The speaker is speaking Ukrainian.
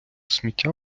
сміття